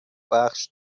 بخش